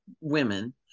women